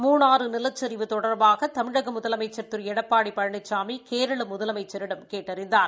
மூணாறு நிலச்சிவு தொடர்பாக தமிழக முதலமைச்சள் திரு எடப்பாடி பழனிசாமி கேரள முதலமைச்சரிடம் கேட்டறிந்தார்